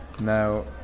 now